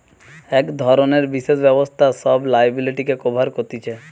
এক ধরণের বিশেষ ব্যবস্থা সব লিয়াবিলিটিকে কভার কতিছে